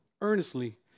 earnestly